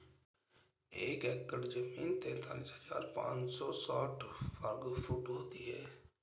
एक एकड़ जमीन तैंतालीस हजार पांच सौ साठ वर्ग फुट होती है